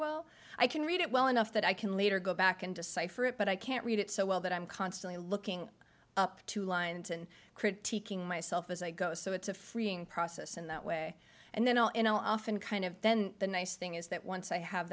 well i can read it well enough that i can later go back and decipher it but i can't read it so well that i'm constantly looking up to lines and critiquing myself as i go so it's a freeing process in that way and then all in often kind of then the nice thing is that once i have